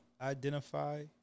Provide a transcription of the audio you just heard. identify